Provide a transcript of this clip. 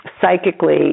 psychically